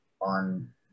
on